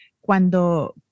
cuando